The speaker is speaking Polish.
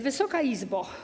Wysoka Izbo!